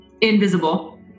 invisible